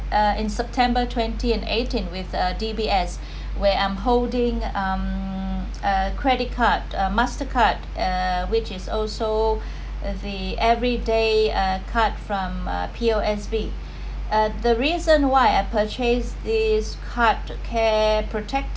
uh in september twenty and eighteen with uh D_B_S where I'm holding um a credit card uh mastercard uh which is also the everyday uh card from uh P_O_S_B uh the reason why I purchase these card care protected